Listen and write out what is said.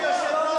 אדוני היושב-ראש,